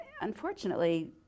unfortunately